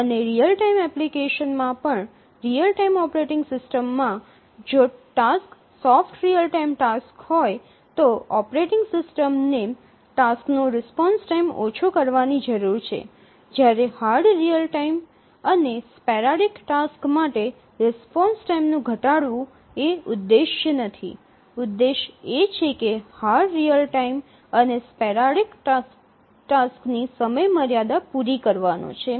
અને real time એપ્લિકેશનમાં પણ રીઅલ ટાઇમ ઓપરેટિંગ સિસ્ટમમાં જો task soft real time task હોય તો ઓપરેટિંગ સિસ્ટમને ટાસક્સ નો રિસ્પોન્સ ટાઇમ ઓછો કરવાની જરૂર છે જ્યારે હાર્ડ રીઅલ ટાઇમ અને સ્પેરાડિક ટાસ્ક માટે રિસ્પોન્સ ટાઇમનું ઘટાડવું એ ઉદ્દેશ્ય નથી ઉદ્દેશ એ છે કે હાર્ડ રીઅલ ટાઇમ અને સ્પેરાડિક ટાસક્સની સમયમર્યાદા પૂરી કરવાનો છે